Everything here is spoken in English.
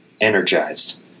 Energized